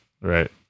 right